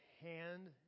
Hand